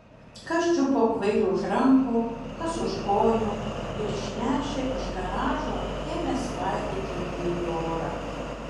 kas čiupo kvailį už rankų kas už kojų ir išnešę iš garažo ėmė svaidyti jį į orą